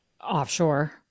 offshore